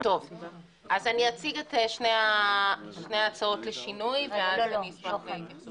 אז אני אציג את שתי ההצעות לשינוי ואז אני אשמח להתייחסות.